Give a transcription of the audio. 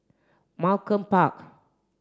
Malcolm Park